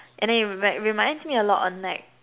and then it remind it reminds me a lot on like